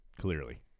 clearly